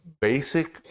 basic